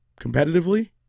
competitively